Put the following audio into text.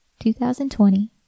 2020